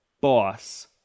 boss